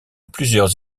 plusieurs